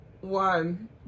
One